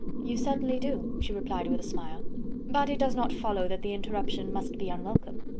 you certainly do, she replied with a smile but it does not follow that the interruption must be unwelcome.